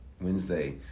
Wednesday